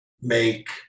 make –